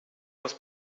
muss